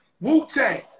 Wu-Tang